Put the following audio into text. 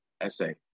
essay